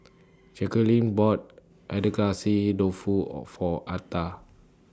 Jacquelynn bought Dofu O For Arta